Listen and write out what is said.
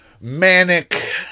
manic